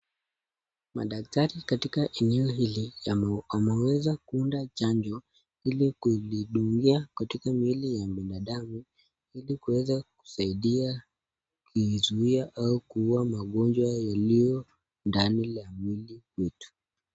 Madaktari katika eneo hili wameweza kuunda chanjo, ili kulidungia katika mwili ya binadamu, ili kuweza kusaidia kuizuia au kuua magonjwa yaliyo ndani la mwili wetu.